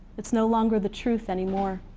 it's no longer the truth anymore.